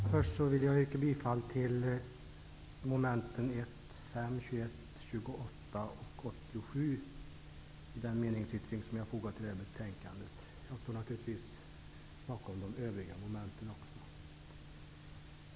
Herr talman! Först vill jag yrka bifall till den meningsyttring som vi har fogat till detta betänkande under mom. 1, 5, 21, 28 och 87. Jag står naturligtvis bakom också de övriga momenten.